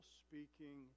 speaking